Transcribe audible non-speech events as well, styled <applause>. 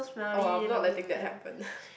oh I'm not letting that happen <breath>